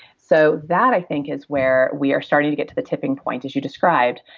so that, i think, is where we are starting to get to the tipping point, as you described,